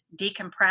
decompress